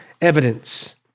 evidence